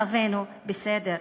מצבנו בסדר.